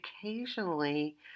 occasionally